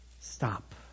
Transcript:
Stop